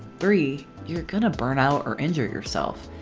three. you're gonna burn out or injure yourself.